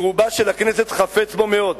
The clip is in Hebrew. שרובה של הכנסת חפץ בו מאוד.